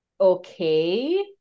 okay